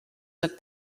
look